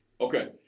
Okay